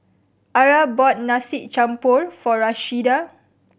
Arah bought Nasi Campur for Rashida